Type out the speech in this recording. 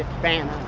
fan